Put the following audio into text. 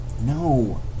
No